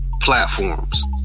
Platforms